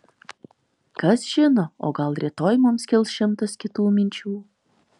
kas žino o gal rytoj mums kils šimtas kitų minčių